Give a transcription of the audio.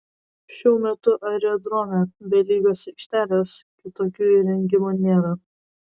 šiuo metu aerodrome be lygios aikštelės kitokių įrengimų nėra